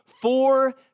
four